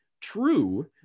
true